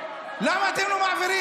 למה אתם לא מעבירים?